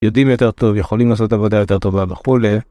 יודעים יותר טוב, יכולים לעשות עבודה יותר טובה וכו'